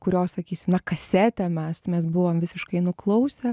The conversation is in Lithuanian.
kurios sakysim na kasetę mes mes buvom visiškai nuklausę